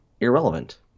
Irrelevant